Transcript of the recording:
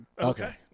Okay